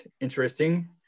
interesting